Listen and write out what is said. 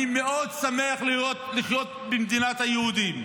אני מאוד שמח לחיות במדינת היהודים,